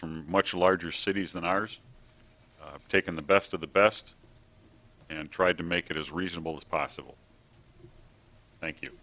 from much larger cities than ours take in the best of the best and tried to make it as reasonable as possible thank you